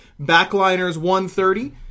backliners130